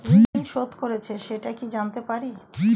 ঋণ শোধ করেছে সেটা কি জানতে পারি?